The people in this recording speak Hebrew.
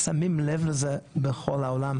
שמים לב לזה בכל העולם,